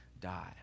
die